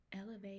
elevate